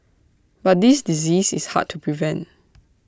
but this disease is hard to prevent